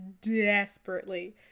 desperately